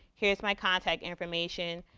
here's my contact information.